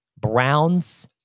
Browns